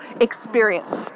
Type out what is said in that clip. experience